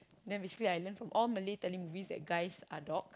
then basically I learn from all Malay telemovies that guys are dogs